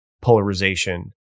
polarization